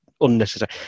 unnecessary